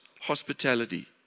hospitality